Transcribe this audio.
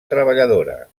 treballadora